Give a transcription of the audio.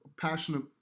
passionate